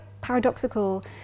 paradoxical